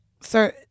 sir